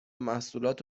محصولات